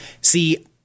See